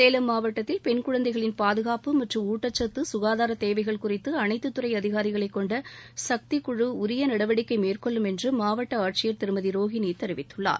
சேலம் மாவட்டத்தில் பெண் குழந்தைகளின் பாதுகாப்பு மற்றும் ஊட்டச்சத்து சுகாதார தேவைகள் குறித்து அனைத்து துறை அதிகாரிகளை கொண்ட சக்தி குழு உரிய நடவடிக்கை மேற்கொள்ளும் என்று மாவட்ட ஆட்சியர் திருமதி ரோகிணி தெரிவித்துள்ளார்